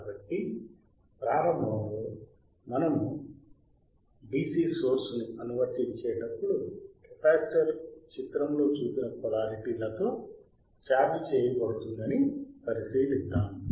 కాబట్టి ప్రారంభంలో మనము DC మూలాన్ని అనువర్తించేటప్పుడు కెపాసిటర్ చిత్రంలో చూపిన పొలారిటీ లతో ఛార్జ్ చేయబడుతుందని పరిశీలిద్దాం